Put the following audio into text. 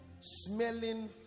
smelling